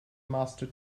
master